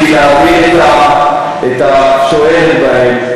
בשביל להבין את התועלת בהן.